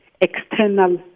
external